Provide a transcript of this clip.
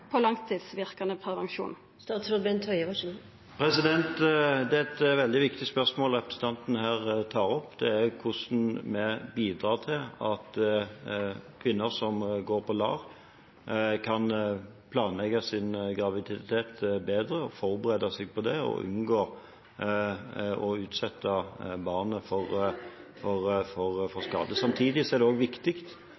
Det er et veldig viktig spørsmål representanten her tar opp – hvordan vi bidrar til at kvinner i LAR kan planlegge sin graviditet bedre, forberede seg på det og unngå å utsette barnet for